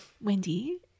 Wendy